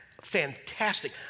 fantastic